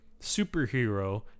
superhero